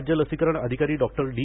राज्य लसीकरण अधिकारी डॉक्टर डी